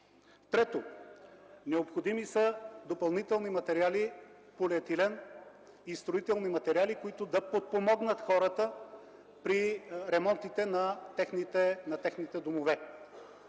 Четвърто, необходими са допълнителни материали – полиетилен и строителни материали, които да подпомогнат хората при ремонтите на техните домове.